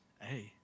Hey